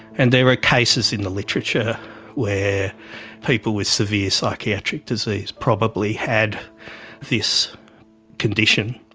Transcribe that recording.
and there are cases in the literature where people with severe psychiatric disease probably had this condition,